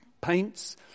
paints